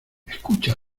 escucha